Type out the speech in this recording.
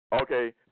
Okay